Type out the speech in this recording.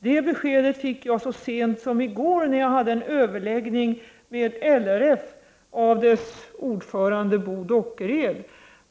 Det beskedet fick jag så sent som i går, när jag hade en överläggning med LRF, av dess ordförande Bo Dockered.